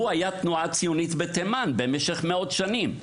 הוא היה תנועה ציונית בתימן במשך מאות שנים.